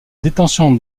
détention